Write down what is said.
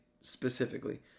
specifically